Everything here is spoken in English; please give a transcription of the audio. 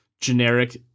generic